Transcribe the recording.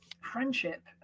friendship